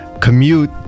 commute